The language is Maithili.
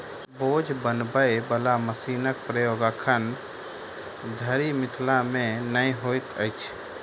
बोझ बनबय बला मशीनक प्रयोग एखन धरि मिथिला मे नै होइत अछि